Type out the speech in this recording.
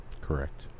Correct